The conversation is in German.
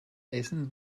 eisen